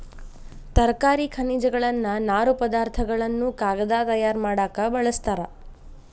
ತರಕಾರಿ ಖನಿಜಗಳನ್ನ ನಾರು ಪದಾರ್ಥ ಗಳನ್ನು ಕಾಗದಾ ತಯಾರ ಮಾಡಾಕ ಬಳಸ್ತಾರ